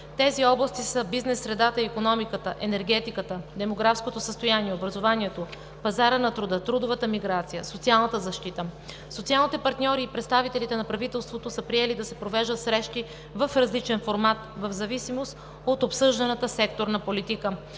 Тези области са бизнес средата и икономиката, енергетиката, демографското състояние, образованието, пазарът на труда, трудовата миграция, социалната защита. Социалните партньори и представителите на правителството са приели да се провеждат срещи в различен формат в зависимост от обсъжданата секторна политика.